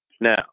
Now